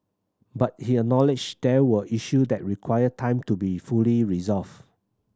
but he acknowledged there were issues that require time to be fully resolved